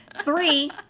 Three